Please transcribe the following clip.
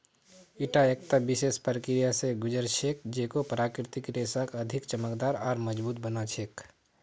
ईटा एकता विशेष प्रक्रिया स गुज र छेक जेको प्राकृतिक रेशाक अधिक चमकदार आर मजबूत बना छेक